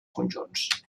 conjunts